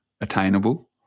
attainable